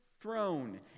throne